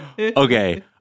Okay